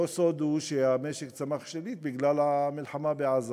לא סוד הוא שהמשק צמח שלילית בגלל המלחמה בעזה,